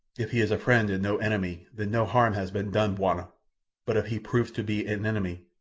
if he is a friend and no enemy, then no harm has been done, bwana but if he proves to be an enemy,